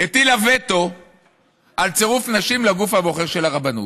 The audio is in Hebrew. הטילה וטו על צירוף נשים לגוף הבוחר של הרבנות.